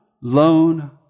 lone